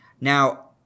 Now